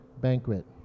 banquet